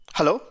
Hello